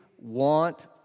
want